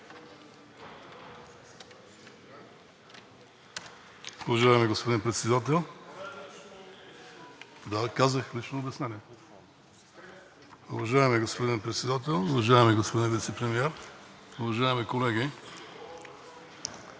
Уважаеми господин Председател, уважаеми господин Вицепремиер, уважаеми колеги!